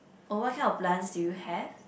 oh what your plants do you have